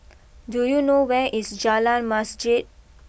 do you know where is Jalan Masjid